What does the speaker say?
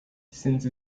since